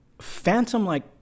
phantom-like